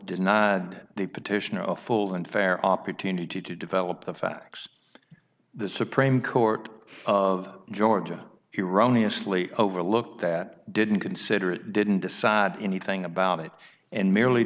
get the petitioner a full and fair opportunity to develop the facts the supreme court of georgia here only a sleep over looked at didn't consider it didn't decide anything about it and merely